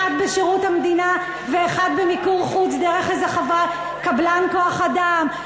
אחד בשירות המדינה ואחד במיקור חוץ דרך איזה קבלן כוח-אדם,